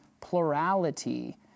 plurality